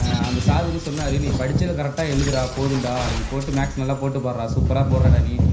அந்த சாரு வந்து சொனார் நீ படிச்சதை கரெக்டாக எழுதுடா போதுன்டா நீ போட்டு மேக்ஸ் நல்லா போட்டு பார்றா சூப்பராக போடுறடா நீ